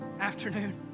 afternoon